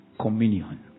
Communion